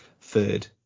third